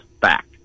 fact